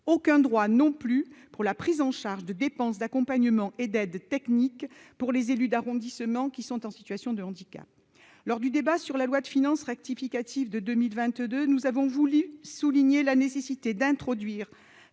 aucun droit, non plus pour la prise en charge de dépenses d'accompagnement et d'aide technique pour les élus d'arrondissement qui sont en situation de handicap lors du débat sur la loi de finances rectificative de 2022, nous avons voulu souligner la nécessité d'introduire